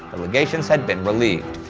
the legations had been relieved.